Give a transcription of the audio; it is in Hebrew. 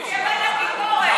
וזהו.